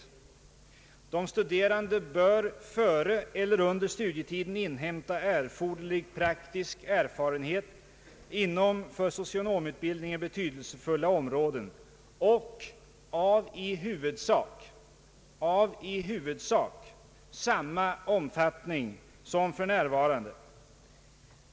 De studerande bör före eller under studietiden inhämta erforderlig praktisk erfarenhet inom för socionomutbildningen betydelsefulla områden och av i huvudsak samma omfattning som för närvarande.